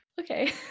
Okay